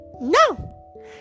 No